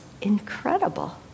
incredible